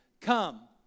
come